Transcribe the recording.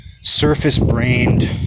surface-brained